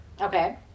Okay